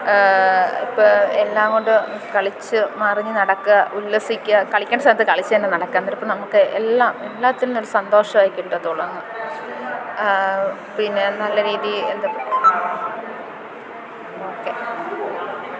ഇപ്പം എല്ലാം കൊണ്ടും കളിച്ച് മറിഞ്ഞ് നടക്കുക ഉല്ലസിക്കുക കളിക്കണ്ട സമയത്ത് കളിച്ച് തന്നെ നടക്കുക അന്നേരമപ്പം നമുക്ക് എല്ലാം എല്ലാത്തിൽ നിന്നൊരു സന്തോഷം കിട്ടത്തൊള്ളന്ന് പിന്നെ നല്ല രീതീ എന്താപ്പ ഓക്കേ